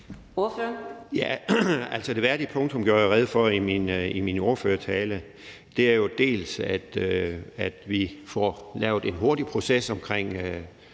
Det værdige punktum gjorde jeg rede for i min ordførertale, og det er jo, dels at vi får lavet en hurtig proces omkring